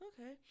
Okay